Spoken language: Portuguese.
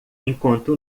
enquanto